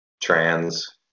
Trans